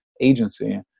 agency